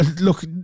look